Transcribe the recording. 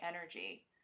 energy